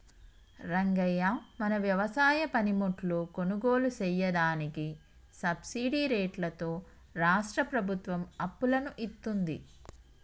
రంగయ్య మన వ్యవసాయ పనిముట్లు కొనుగోలు సెయ్యదానికి సబ్బిడి రేట్లతో రాష్ట్రా ప్రభుత్వం అప్పులను ఇత్తుంది